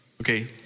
Okay